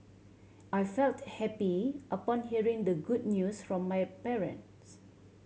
I felt happy upon hearing the good news from my parents